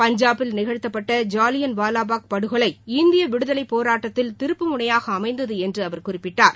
பஞ்சாபில் நிகழ்த்தப்பட்ட ஜாலியன் வாலாபாக் படுகொலை இந்திய விடுதலை போராட்டத்தில் திருப்பு முனையாக அமைந்தது என்று அவர் குறிப்பிட்டார்